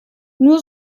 nur